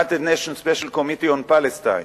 United Nation Special Committee On Palestine,